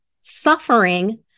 suffering